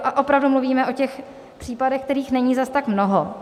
A opravdu mluvíme o těch případech, kterých není zas tak mnoho.